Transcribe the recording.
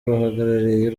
bahagarariye